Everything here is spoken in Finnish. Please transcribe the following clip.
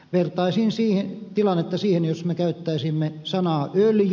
vertaisin tilannetta siihen jos me käyttäisimme sanaa öljy